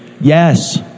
Yes